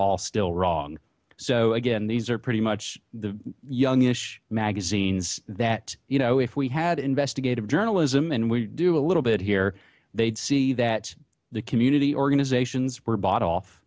all still wrong so again these are pretty much the youngish magazines that you know if we had investigative journalism and we do a little bit here they'd see that the community organizations were bought off